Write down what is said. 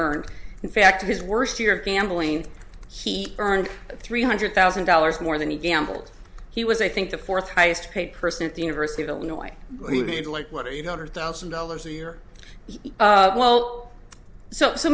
earned in fact his worst year of gambling he earned three hundred thousand dollars more than he gambled he was i think the fourth highest paid person at the university of illinois he made like what do you know hundred thousand dollars a year well so